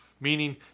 Meaning